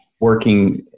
working